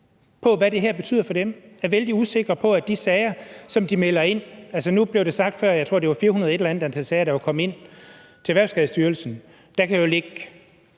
på, hvad det her betyder for dem, er vældig usikre på de sager, som de melder ind. Nu blev det sagt før, jeg tror det var firehundrede og et eller andet antal sager, der var kommet ind til Erhvervsskadestyrelsen, og der kan jo ligge